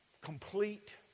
complete